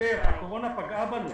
הקורונה פגעה בנו.